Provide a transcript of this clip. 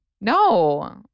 no